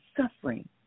suffering